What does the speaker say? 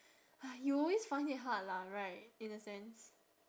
!hais! you'll always find it hard lah right in a sense